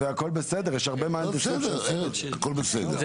והכל בסדר יש הרבה מהנדסים --- הכל בסדר,